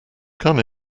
come